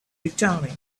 returning